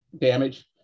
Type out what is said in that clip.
damage